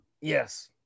Yes